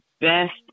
best